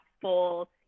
full